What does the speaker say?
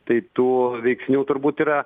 tai tų veiksnių turbūt yra